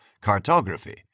cartography